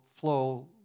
flow